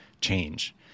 change